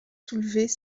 soulevaient